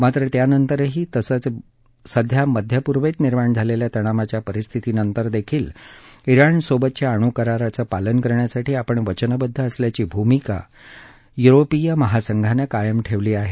मात्र त्यानंतरही तसंच सध्या मध्यपूर्वेत निर्माण झालेल्या तणावाच्या परिस्थितीनंतरदेखील जिणसोबतच्या अणुकराराचं पालन करण्यासाठी आपण वचनबद्ध असल्याची भूमिका युरोपीय महासंघानं कायम ठेवली आहे